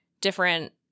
different